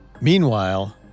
Meanwhile